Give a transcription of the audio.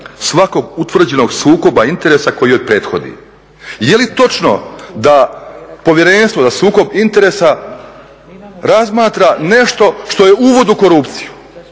svakog utvrđenog sukoba interesa koji joj prethodi. Je li točno da Povjerenstvo za sukob interesa razmatra nešto što je uvod u korupciju?